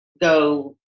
go